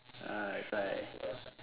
ah that's why